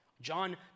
John